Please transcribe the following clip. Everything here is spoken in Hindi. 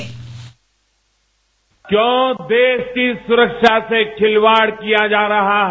बाइट क्यों देश की सुरक्षा से खिलवाड़ किया जा रहा है